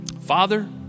Father